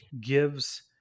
gives